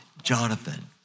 Jonathan